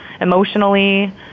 emotionally